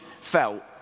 felt